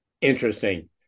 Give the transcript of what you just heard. Interesting